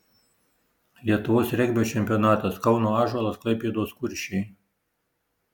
lietuvos regbio čempionatas kauno ąžuolas klaipėdos kuršiai